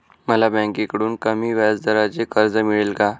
मला बँकेकडून कमी व्याजदराचे कर्ज मिळेल का?